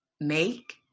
Make